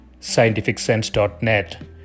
scientificsense.net